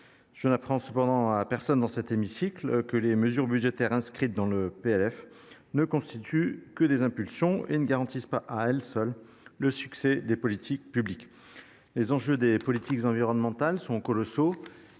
Je n’apprends cependant à personne dans cet hémicycle que les mesures budgétaires inscrites dans le PLF ne constituent que des impulsions et ne garantissent pas à elles seules le succès des politiques publiques. Les enjeux des politiques environnementales sont colossaux